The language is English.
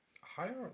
Higher